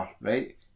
right